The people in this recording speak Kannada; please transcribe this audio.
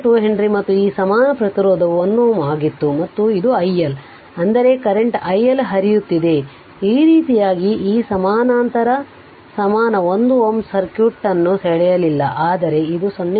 2 ಹೆನ್ರಿ ಮತ್ತು ಈ ಸಮಾನ ಪ್ರತಿರೋಧವು 1Ω ಆಗಿತ್ತು ಮತ್ತು ಇದು i L ಅಂದರೆ ಕರೆಂಟ್ i L ಹರಿಯುತ್ತಿದೆ ಈ ರೀತಿಯಾಗಿ ಈ ಸಮಾನಾಂತರ ಸಮಾನ 1 Ω ಆ ಸರ್ಕ್ಯೂಟ್ ಅನ್ನು ಸೆಳೆಯಲಿಲ್ಲ ಆದರೆ ಇದು 0